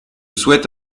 souhaite